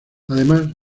además